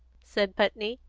said putney,